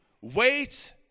Wait